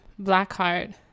Blackheart